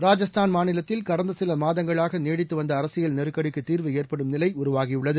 ராஜஸ்தான் மாநிலத்தில் கடந்த சில மாதங்களாக நீடித்து வந்த அரசியல் நெருக்கடிக்கு தீர்வு ஏற்படும் நிலை உருவாகியுள்ளது